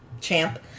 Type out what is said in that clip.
Champ